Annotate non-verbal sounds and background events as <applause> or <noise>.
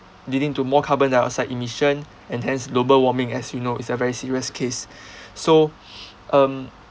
leading to more carbon dioxide emission and hence global warming as you know is a very serious case so <breath> um